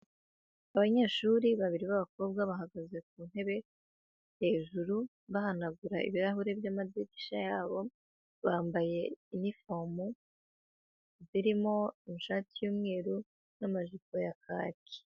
Abanyeshuri babiri b'abakobwa bahagaze ku ntebe hejuru, bahanagura ibirahuri by'amadirisha yabo, bambaye inifomu, zirimo amashati y'umweru, n'amajipo ya kaki.